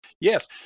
Yes